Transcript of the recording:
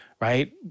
right